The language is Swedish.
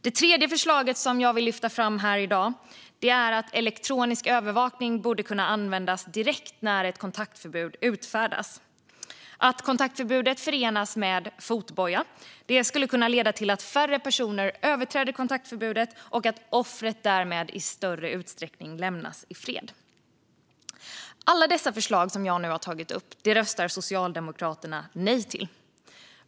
Det tredje förslaget som jag vill lyfta fram i dag handlar om att elektronisk övervakning borde kunna användas direkt när ett kontaktförbud utfärdas. Att kontaktförbudet förenas med fotboja skulle kunna leda till att färre personer överträder kontaktförbudet och att offret därmed i större utsträckning lämnas i fred. Alla de förslag som jag nu har tagit upp röstar Socialdemokraterna nej till.